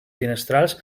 finestrals